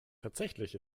tatsächlich